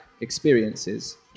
experiences